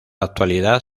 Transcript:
actualidad